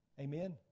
Amen